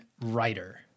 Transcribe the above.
writer